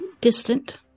distant